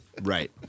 Right